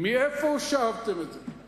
מאיפה שאבתם את זה?